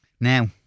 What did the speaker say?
Now